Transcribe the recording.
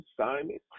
assignment